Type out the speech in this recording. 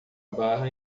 barra